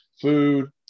food